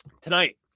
Tonight